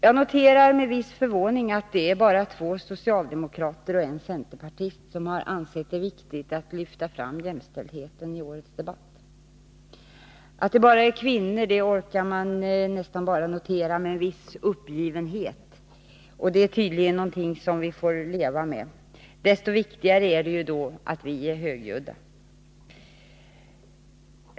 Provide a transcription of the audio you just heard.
Jag noterar med viss förvåning att det bara är två socialdemokrater och en centerpartist som ansett det viktigt att lyfta fram jämställdheten i årets debatt. Att det endast är kvinnor orkar man nästan bara notera med en viss uppgivenhet — det är tydligen någonting som vi får leva med. Desto viktigare är det ju då att vi är högljudda.